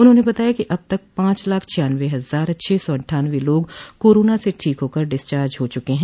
उन्होंने बताया कि अब तक पांच लाख छियान्नबे हजार छह सौ अट्ठान्नबे लोग कोरोना से ठीक होकर डिस्चार्ज हो चुके हैं